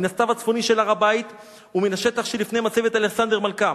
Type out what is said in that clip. מן הסטיו הצפוני של הר-הבית ומן השטח שלפני מצבת אלכסנדר מלכם,